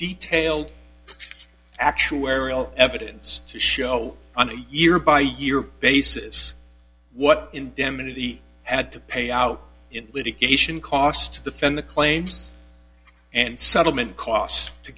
detailed actuarial evidence to show on a year by year basis what indemnity had to pay out in litigation costs defend the claims and settlement costs to